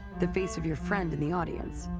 the face of your friend in the audience